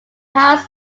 house